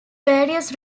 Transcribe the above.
various